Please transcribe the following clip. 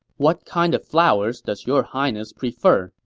what kind of flowers does your highness prefer?